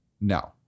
no